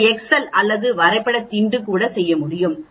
ஒரு எக்செல் அல்லது வரைபட திண்டு கூட செய்ய முடியும்